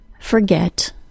Forget